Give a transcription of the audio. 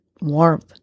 warmth